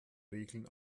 regeln